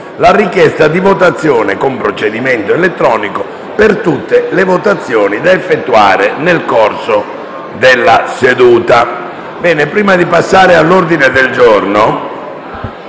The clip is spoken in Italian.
la richiesta di votazione con procedimento elettronico per tutte le votazioni da effettuare nel corso della seduta.